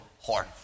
horn